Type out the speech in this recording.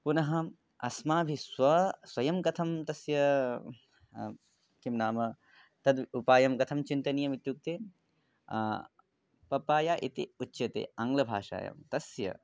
पुनः अस्माभिः स्व स्वयं कथं तस्य किं नाम तम् उपायं कथं चिन्तनीयम् इत्युक्ते पप्पाय इति उच्यते आङ्ग्लभाषायां तस्य